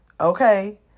Okay